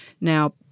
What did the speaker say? Now